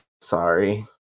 sorry